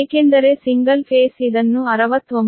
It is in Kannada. ಏಕೆಂದರೆ ಸಿಂಗಲ್ ಫೇಸ್ ಇದನ್ನು 696